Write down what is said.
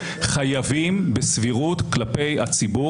ואני נותן לו לדבר שוב --- גם לנציג הקהלת אתה נותן שלוש